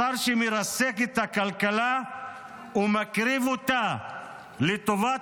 השר שמרסק את הכלכלה ומקריב אותה לטובת